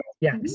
Yes